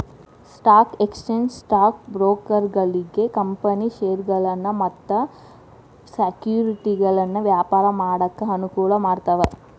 stock exchange stock ಬ್ರೋಕರ್ಗಳಿಗಿ company ಷೇರಗಳನ್ನ ಮತ್ತ ಸೆಕ್ಯುರಿಟಿಗಳನ್ನ ವ್ಯಾಪಾರ ಮಾಡಾಕ ಅನುಕೂಲ ಮಾಡ್ತಾವ